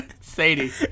Sadie